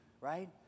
right